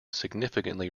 significantly